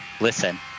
Listen